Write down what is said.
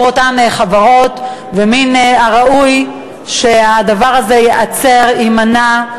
מן הראוי שהדבר הזה ייעצר, יימנע.